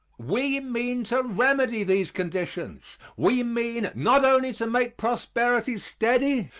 we mean to remedy these conditions. we mean not only to make prosperity steady,